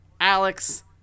Alex